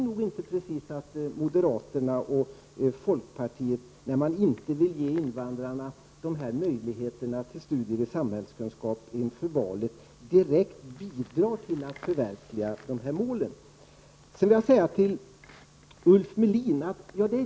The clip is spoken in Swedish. När moderaterna och folkpartisterna inte vill ge invandrarna de här möjligheterna till studier i samhällskunskap inför valet tycker jag nog inte riktigt att de bidrar till att förverkliga de målen.